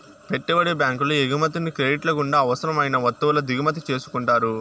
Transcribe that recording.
పెట్టుబడి బ్యాంకులు ఎగుమతిని క్రెడిట్ల గుండా అవసరం అయిన వత్తువుల దిగుమతి చేసుకుంటారు